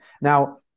Now